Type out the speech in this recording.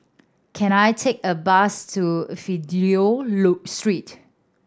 can I take a bus to Fidelio Street